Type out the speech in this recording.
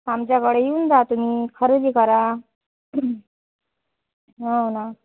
आमच्याकडे येऊन जा तुम्ही खरेदी करा हो ना